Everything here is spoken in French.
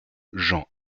jean